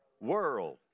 world